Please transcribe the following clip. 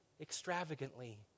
extravagantly